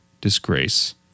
disgrace